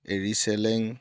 এড়ী চেলেং